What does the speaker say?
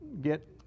get